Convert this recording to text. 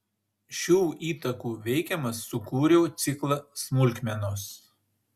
šių įtakų veikiamas sukūriau ciklą smulkmenos